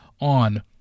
on